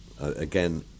again